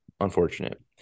unfortunate